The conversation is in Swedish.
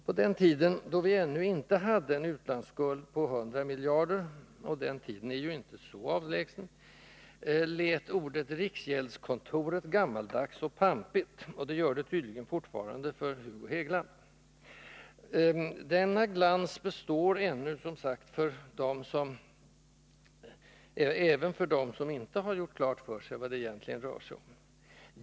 På den tiden då vi ännu inte hade en utlandsskuld på 100 miljarder — och den tiden är ju inte så avlägsen — lät ordet ”riksgäldskontoret” gammaldags och pampigt, och det gör det tydligen fortfarande för Hugo Hegeland. Denna glans består även för dem som inte har gjort klart för sig vad det egentligen rör sig om.